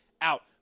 out